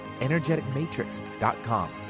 energeticmatrix.com